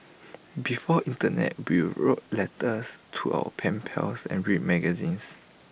before Internet we wrote letters to our pen pals and read magazines